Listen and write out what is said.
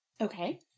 Okay